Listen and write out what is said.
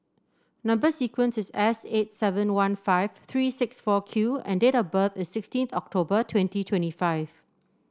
number sequence is S eight seven one five three six four Q and date of birth is sixteen October twenty twenty five